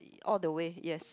all the way yes